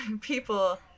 people